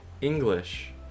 English